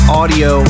audio